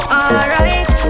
alright